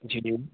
जी